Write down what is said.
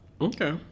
Okay